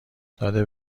داده